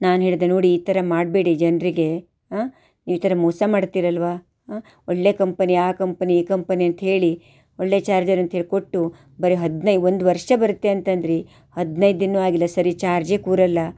ನಾನು ಹೇಳಿದೆ ನೋಡಿ ಈ ಥರ ಮಾಡಬೇಡಿ ಜನರಿಗೆ ಆಂ ನೀವು ಈ ಥರ ಮೋಸ ಮಾಡ್ತೀರಲ್ಲವಾ ಆಂ ಒಳ್ಳೆಯ ಕಂಪನಿ ಆ ಕಂಪನಿ ಈ ಕಂಪನಿ ಅಂತ ಹೇಳಿ ಒಳ್ಳೆಯ ಚಾರ್ಜರ್ ಅಂತೇಳಿ ಕೊಟ್ಟು ಬರೀ ಹದಿನೈದು ಒಂದು ವರ್ಷ ಬರುತ್ತೆ ಅಂತಂದಿರಿ ಹದಿನೈದು ದಿನವೂ ಆಗಿಲ್ಲ ಸರಿ ಚಾರ್ಜೇ ಕೂರೋಲ್ಲ